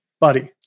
Buddy